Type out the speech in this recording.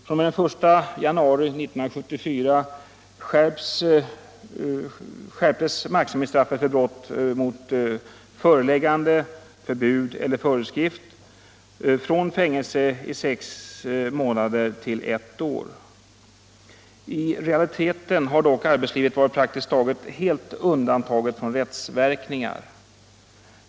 Från den I januari 1974 skärptes maximistraffet för brott mot föreliggande, förbud eler föreskrift från fängelse i sex månader till ett år. I realiteten har dock arbetslivet varit praktiskt taget helt undantaget från rättsverkningar.